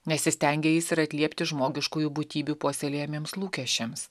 nesistengia jais ir atliepti žmogiškųjų būtybių puoselėjamiems lūkesčiams